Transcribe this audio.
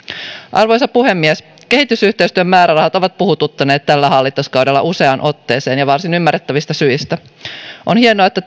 arvoisa puhemies kehitysyhteistyön määrärahat ovat puhututtaneet tällä hallituskaudella useaan otteeseen ja varsin ymmärrettävistä syistä on hienoa että